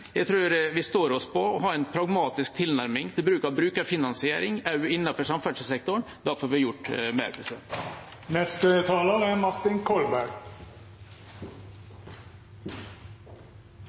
står oss på å ha en pragmatisk tilnærming til bruk av brukerfinansiering også innenfor samferdselssektoren. Da får vi gjort mer. Kjære president, kjære kolleger som er